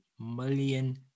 million